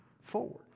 forward